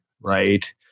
right